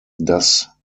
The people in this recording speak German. das